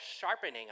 sharpening